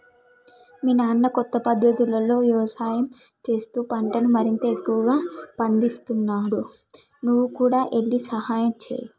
మీ నాన్న కొత్త పద్ధతులతో యవసాయం చేస్తూ పంటను మరింత ఎక్కువగా పందిస్తున్నాడు నువ్వు కూడా ఎల్లి సహాయంచేయి